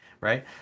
right